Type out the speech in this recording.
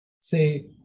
say